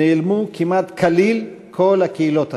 נעלמו כמעט כליל כל הקהילות האלה.